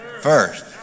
first